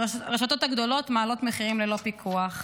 הרשתות הגדולות מעלות מחירים ללא פיקוח.